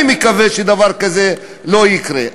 אני מקווה שדבר כזה לא יקרה.